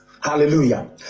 Hallelujah